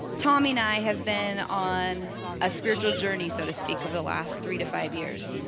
tommy and i have been on a spiritual journey so to speak over the last three to five years.